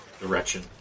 direction